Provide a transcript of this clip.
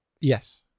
Yes